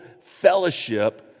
fellowship